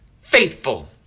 faithful